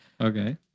Okay